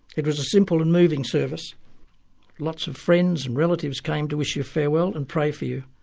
it was a simple and moving service lots of friends, relatives came to wish you farewell and pray for you.